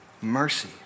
Mercy